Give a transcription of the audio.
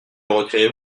retirez